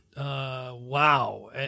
Wow